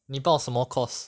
你报什么 course